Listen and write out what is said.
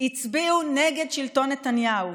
הצביעו נגד שלטון נתניהו.